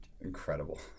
incredible